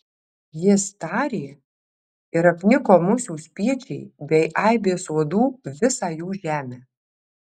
jis tarė ir apniko musių spiečiai bei aibės uodų visą jų žemę